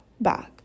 back